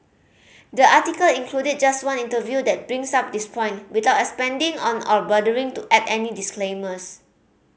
the article included just one interview that brings up this point without expanding on or bothering to add any disclaimers